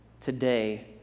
today